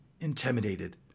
intimidated